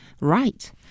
Right